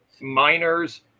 miners